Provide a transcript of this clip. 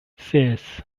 ses